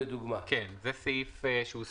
הצבעה סעיף 3 התקבל אין מתנגדים,